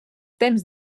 temps